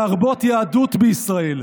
להרבות יהדות בישראל,